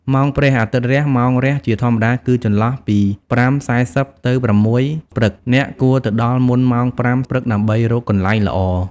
ម៉ោងព្រះអាទិត្យរះ ម៉ោងរះជាធម្មតាគឺចន្លោះពី ៥:៤០ ទៅ ៦ ព្រឹក។ អ្នកគួរទៅដល់មុនម៉ោង ៥ ព្រឹកដើម្បីរកកន្លែងល្អ។